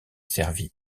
servi